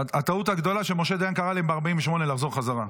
הטעות הגדולה היא שמשה דיין קרא להם ב-48' לחזור בחזרה.